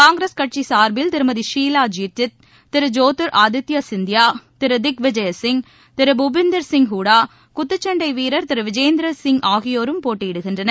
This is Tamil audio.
காங்கிரஸ் கட்சி சார்பில் திருமதி ஷீலா தீட்சித் திரு ஜோதீர் ஆதித்ய சிந்தியா திரு திக்விஜய சிங் திரு பூபிந்தர்சிய் ஹூடா குத்துச்சன்டை வீரர் திரு விஜேந்திர சிய் ஆகியோரும் போட்டியிடுகின்றனர்